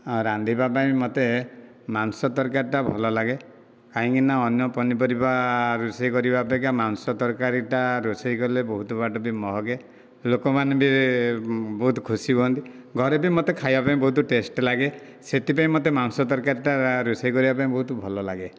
ରାନ୍ଧିବା ପାଇଁ ମୋତେ ମାଂସ ତରକାରିଟା ଭଲ ଲାଗେ କାହିଁକି ନା ଅନ୍ୟ ପନିପରିବା ରୋଷେଇ କରିବା ଅପେକ୍ଷା ମାଂସ ତରକାରୀଟା ରୋଷେଇ କଲେ ବହୁତ ବାଟ ବି ମହକେ ଲୋକମାନେ ବି ବହୁତ ଖୁସି ହୁଅନ୍ତି ଘରେ ବି ମୋତେ ଖାଇବା ପାଇଁ ବହୁତ ଟେଷ୍ଟ ଲାଗେ ସେଥିପାଇଁ ମୋତେ ମାଂସ ତରକାରିଟା ରୋଷେଇ କରିବାକୁ ବହୁତ ଭଲ ଲାଗେ